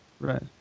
Right